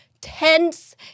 tense